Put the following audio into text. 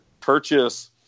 purchase